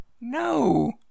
No